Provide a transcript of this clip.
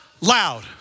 loud